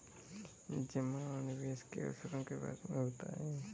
जमा और निवेश के अवसरों के बारे में बताएँ?